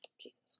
Jesus